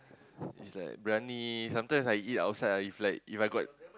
is like briyani sometimes I eat outside ah if like If I got